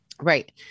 Right